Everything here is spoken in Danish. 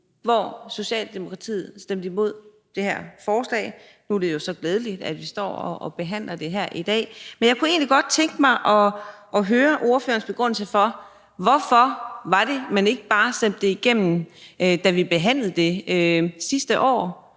hvor Socialdemokratiet stemte imod. Nu er det jo så glædeligt, at vi står og behandler det her i dag. Men jeg kunne egentlig godt tænke mig at høre ordførerens begrundelse for, at man ikke bare stemte det igennem, da vi behandlede det sidste år